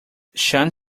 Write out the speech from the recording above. sean